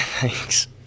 Thanks